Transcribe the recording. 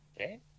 Okay